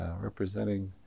representing